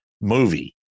movie